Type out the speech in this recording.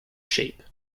shape